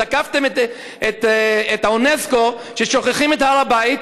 תקפתם את אונסק"ו ששוכחים את הר הבית,